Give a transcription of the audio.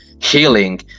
healing